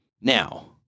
Now